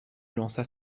lança